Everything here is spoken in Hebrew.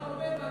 אני